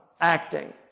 acting